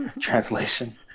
translation